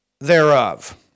thereof